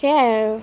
সেয়াই আৰু